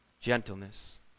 gentleness